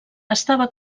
estava